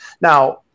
Now